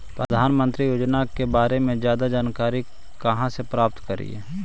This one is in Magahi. प्रधानमंत्री योजना के बारे में जादा जानकारी कहा से प्राप्त करे?